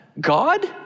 God